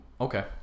Okay